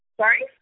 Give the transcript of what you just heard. Sorry